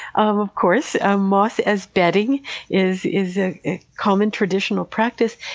of of course. ah moss as bedding is is a common traditional practice.